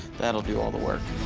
that'll do all the work.